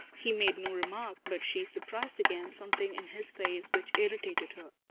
he made no remark, but she surprised again something in his face which irritated her.